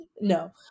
No